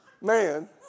Man